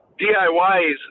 DIYs